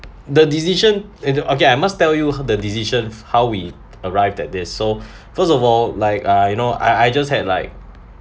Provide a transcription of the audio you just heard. the decision into okay I must tell you ugh the decisions how we arrived at this so first of all like uh you know I I just had like